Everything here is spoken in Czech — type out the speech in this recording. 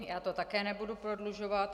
Já to také nebudu prodlužovat.